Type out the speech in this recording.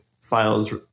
files